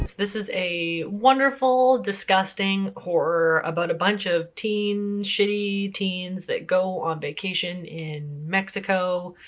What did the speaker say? this is a wonderful, disgusting horror about a bunch of teen shitty teens that go on vacation in mexico,